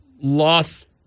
lost